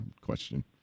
question